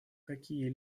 какие